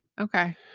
Okay